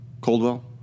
Coldwell